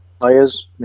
players